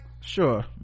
Sure